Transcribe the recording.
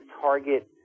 target